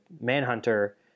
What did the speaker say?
Manhunter